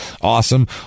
awesome